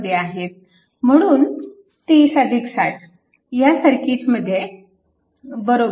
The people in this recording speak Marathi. म्हणून 3060 ह्या सर्किटमध्ये 90Ω